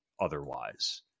otherwise